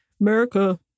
America